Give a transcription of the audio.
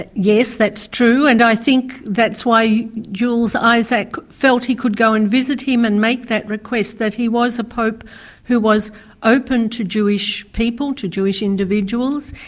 yes, that's true, and i think that's why jules isaac felt he could go and visit him and make that request, that he was a pope who was open to jewish people, to jewish individuals.